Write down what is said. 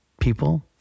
people